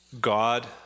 God